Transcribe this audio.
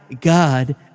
God